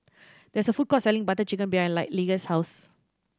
there is a food court selling Butter Chicken behind Lige's house